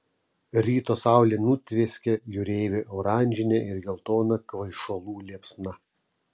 ryto saulė nutvieskė jūreivį oranžine ir geltona kvaišalų liepsna